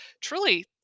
truly